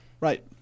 Right